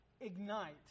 ignite